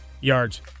yards